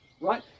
right